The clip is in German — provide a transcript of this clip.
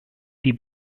die